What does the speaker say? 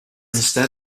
instead